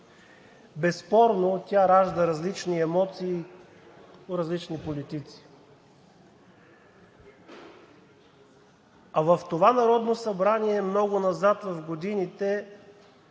Безспорно тя ражда различни емоции при различни политици. В това Народното събрание, много назад в годините,